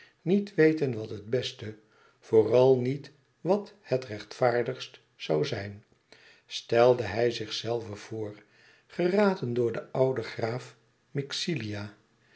niet weten wat het beste vooral niet wat het rechtvaardigst zoû zijn stelde hij zichzelven voor geraden door den ouden graaf